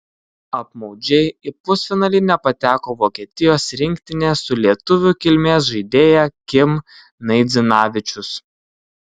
apmaudžiai į pusfinalį nepateko vokietijos rinktinė su lietuvių kilmės žaidėja kim naidzinavičius